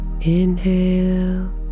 inhale